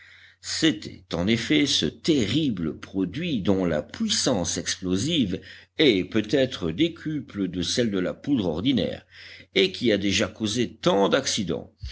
c'était en effet ce terrible produit dont la puissance explosible est peut-être décuple de celle de la poudre ordinaire et qui a déjà causé tant d'accidents